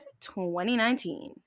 2019